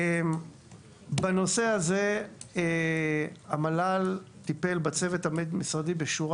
בנושא הזה המל"ל טיפל בצוות הבין-משרדי בשורה